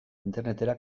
internetera